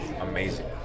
amazing